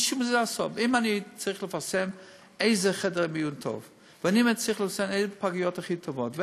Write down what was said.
אם אני צריך לפרסם איזה חדר מיון טוב ואיזה פגיות הכי טובות,